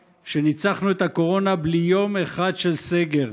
שניצחנו את הקורונה בלי יום אחד של סגר.